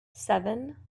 seven